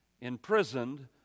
Imprisoned